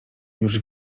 już